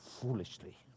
foolishly